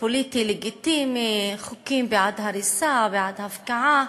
פוליטי לגיטימי, חוקים בעד הריסה, בעד הפקעה,